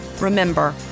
Remember